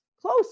Close